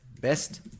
Best